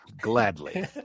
gladly